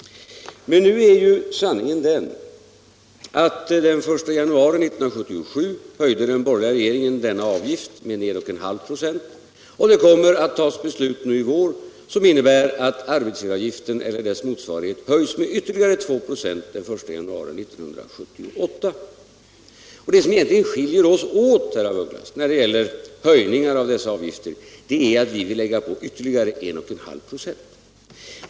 Men nu är sanningen den att den 1 januari 1977 höjde den borgerliga regeringen denna avgift med 1,5 26, och det kommer att tas ett beslut i vår som innebär att arbetsgivaravgiften eller dess motsvarighet höjs med ytterligare 2 26 den 1 januari 1978. Det som egentligen skiljer oss åt, herr af Ugglas, när det gäller höjningar av dessa avgifter, är att vi ville lägga på ytterligare 1,5 96.